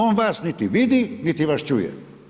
On vas niti vidi niti vas čuje.